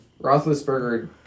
Roethlisberger